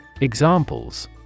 Examples